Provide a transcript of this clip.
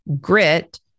grit